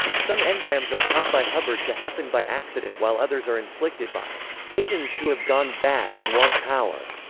some engrams are taught by hubbard to happen by accident while others are inflicted by thetans who have gone bad and want power,